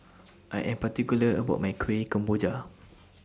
I Am particular about My Kueh Kemboja